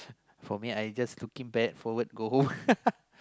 for me I just looking back forward go home